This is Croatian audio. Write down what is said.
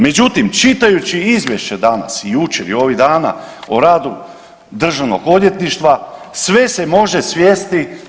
Međutim, čitajući izvješće danas i jučer i ovih dana o radu Državnog odvjetništva, sve se može svesti…